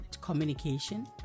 Communication